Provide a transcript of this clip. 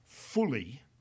fully